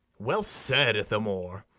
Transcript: well said, ithamore!